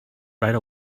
right